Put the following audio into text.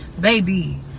Baby